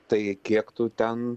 tai kiek tu ten